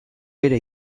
bera